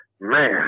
Man